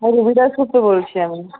থেকে বলছি আমি